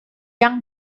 yang